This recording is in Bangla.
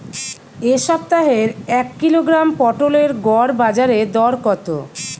এ সপ্তাহের এক কিলোগ্রাম পটলের গড় বাজারে দর কত?